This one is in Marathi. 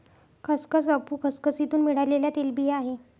खसखस अफू खसखसीतुन मिळालेल्या तेलबिया आहे